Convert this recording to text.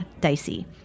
dicey